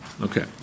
Okay